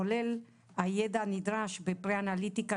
כולל הידע הנדרש בפרה אנליטיקה,